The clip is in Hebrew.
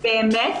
באמת?